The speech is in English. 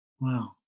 wow